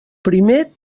primer